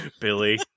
Billy